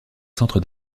centre